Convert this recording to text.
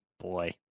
boy